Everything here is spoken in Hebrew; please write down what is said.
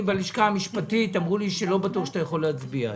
ובלשכה המשפטית אמרו לי שלא בטוח שאני יכול להצביע היום,